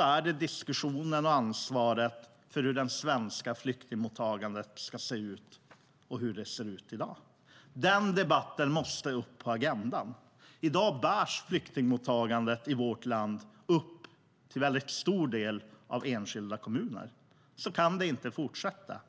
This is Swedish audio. är det diskussionen om och ansvaret för hur det svenska flyktingmottagandet ska se ut och hur det ser ut i dag. Denna debatt måste upp på agendan. I dag bärs flyktingmottagandet i vårt land till mycket stor del upp av enskilda kommuner. Så kan det inte fortsätta.